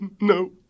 No